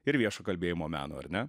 ir viešo kalbėjimo meno ar ne